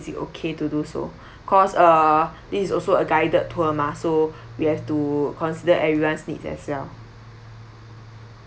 it okay to do so cause uh this is also a guided tour mah so we have to consider everyone's needs as well